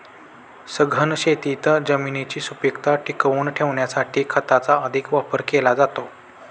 सघन शेतीत जमिनीची सुपीकता टिकवून ठेवण्यासाठी खताचा अधिक वापर केला जातो